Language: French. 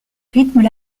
rythment